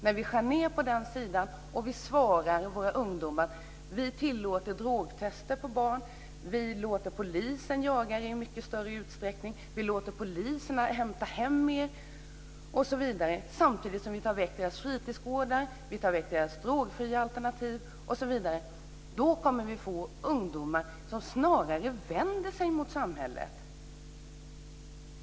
Men vi skär ned på den sidan, och vi svarar våra ungdomar med att vi tillåter drogtester på barn, vi låter polisen jaga er i mycket större utsträckning, vi låter polisen hämta hem er osv. Samtidigt tar vi bort deras fritidsgårdar, vi tar bort deras drogfria alternativ. Då kommer vi att få ungdomar som snarare vänder sig mot samhället.